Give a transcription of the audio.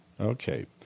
Okay